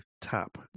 tap